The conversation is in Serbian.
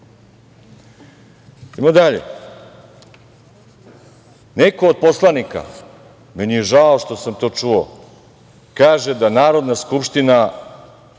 dalje. Neko od poslanika, meni je žao što sam to čuo, kaže da Narodna skupština